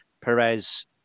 Perez